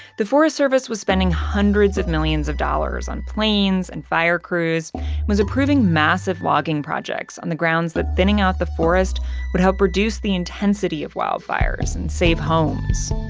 the forest service was spending hundreds of millions of dollars on planes and fire crews, and was approving massive logging projects on the grounds that thinning out the forest would help reduce the intensity of wildfires and save homes.